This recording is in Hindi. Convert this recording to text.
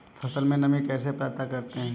फसल में नमी कैसे पता करते हैं?